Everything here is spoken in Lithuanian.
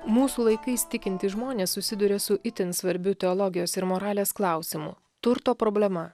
mūsų laikais tikintys žmonės susiduria su itin svarbiu teologijos ir moralės klausimu turto problema